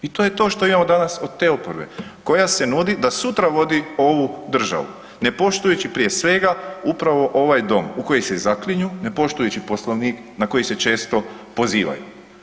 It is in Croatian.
I to je to što imamo danas od te oporbe koja se nudi da sutra vodi ovu državu, ne poštujući prije svega upravo ovaj dom u koji se zaklinju, ne poštujući Poslovnik na koji se često pozivaju.